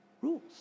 rules